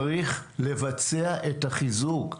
צריך לבצע את החיזוק.